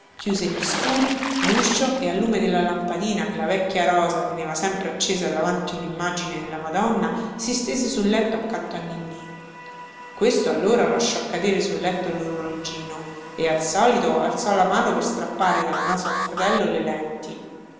chiuse gli scuri luscio e al lume della lampadina che la vecchia rosa teneva sempre accesa davanti un immagine della madonna si stese sul letto accanto a ninnì questo allora lasciò cadere sul letto lorologino e al solito alzò la mano per strappare dal naso al fratello le lenti